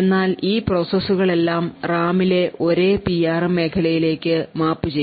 എന്നാൽ ഈ പ്രോസസ്സുകൾ എല്ലാം റാമിലെ ഒരേ പിആർഎം മേഖലയിലേക്കു മാപ്പുചെയ്യും